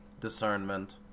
discernment